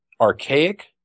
archaic